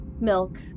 milk